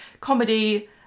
comedy